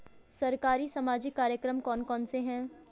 सरकारी सामाजिक कार्यक्रम कौन कौन से हैं?